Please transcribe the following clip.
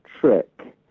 trick